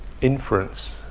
inference